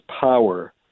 power